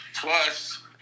Plus